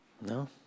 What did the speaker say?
No